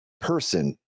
person